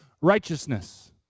righteousness